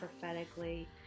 prophetically